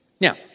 Now